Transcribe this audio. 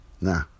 Nah